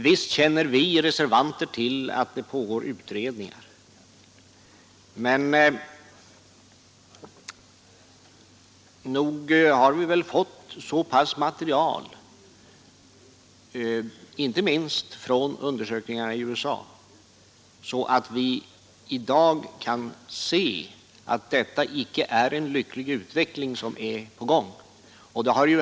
Visst känner vi reservanter till att det pågår utredningar, men nog har vi fått så pass mycket material — inte minst från undersökningarna i USA — att vi i dag kan se att den utveckling som pågår inte är lycklig.